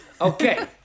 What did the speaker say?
Okay